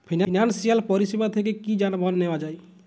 Financial পরিসেবা থেকে কি যানবাহন নেওয়া যায়?